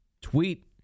tweet